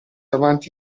avanti